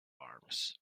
arms